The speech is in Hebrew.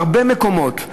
הרבה מקומות,